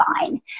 fine